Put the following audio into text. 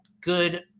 good